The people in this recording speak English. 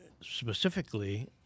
specifically